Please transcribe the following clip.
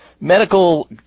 medical